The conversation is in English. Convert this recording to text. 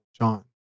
John